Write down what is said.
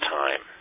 time